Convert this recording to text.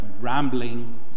rambling